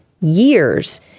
years